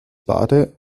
bade